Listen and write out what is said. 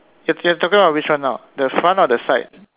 you're you're talking about which one now the front or the side